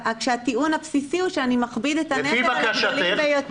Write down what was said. הטיעון הבסיסי הוא שאני מכביד את הנטל על הגדולים ביותר.